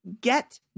get